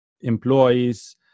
employees